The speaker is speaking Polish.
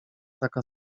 taka